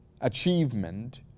achievement